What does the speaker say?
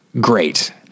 great